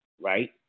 right